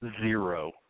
Zero